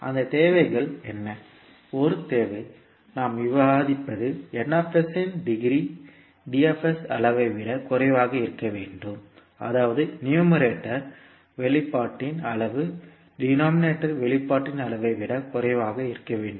அந்த தேவைகள் என்ன ஒரு தேவை நாம் விவாதிப்பது இன் டிகிரி அளவை விட குறைவாக இருக்க வேண்டும் அதாவது நியூமேரேட்டர் வெளிப்பாட்டின் அளவு டிநோமீனேட்டர் வெளிப்பாட்டின் அளவை விட குறைவாக இருக்க வேண்டும்